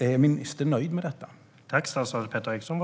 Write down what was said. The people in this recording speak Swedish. Är ministern nöjd med detta?